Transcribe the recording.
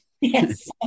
Yes